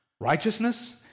Righteousness